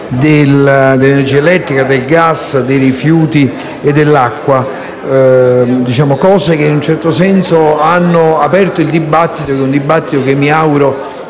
dell'energia elettrica, del gas, dei rifiuti e dell'acqua; temi che, in un certo senso, hanno aperto un dibattito che mi auguro